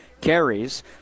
carries